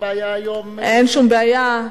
בעיה היום, אין שום בעיה.